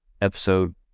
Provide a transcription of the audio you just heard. episode